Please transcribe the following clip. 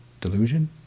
delusion